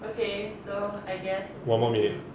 okay so I guess what about me with